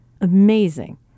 amazing